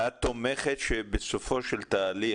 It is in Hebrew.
את תומכת בזה שבסופו של תהליך,